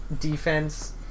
defense